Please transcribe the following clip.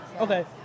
Okay